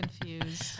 confused